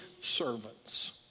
servants